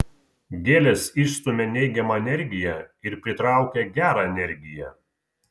gėlės išstumia neigiamą energiją ir pritraukia gerą energiją